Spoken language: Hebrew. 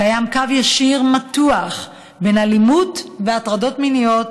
קיים קו ישיר מתוח בין אלימות והטרדות מיניות